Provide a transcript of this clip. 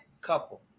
Couple